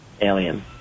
Alien